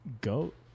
goat